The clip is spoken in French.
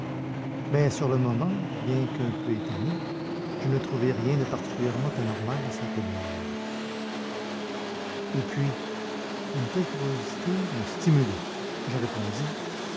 mais sur le moment bien qu'un peu étonné je ne trouvai rien de particulièrement anormal à sa demande et puis une telle curiosité me stimulait je répondis